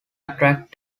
attract